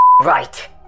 right